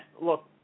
look